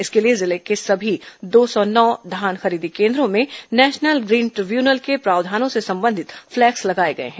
इसके लिए जिले के सभी दो सौ नौ धान खरीदी केंद्रों में नेशनल ग्रीन ट्रिव्यूनल के प्रावधानों से संबंधित फ्लैक्स लगाए गए हैं